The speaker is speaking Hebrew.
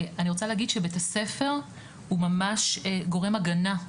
אני רוצה להגיד שבית הספר הוא ממש גורם הגנה,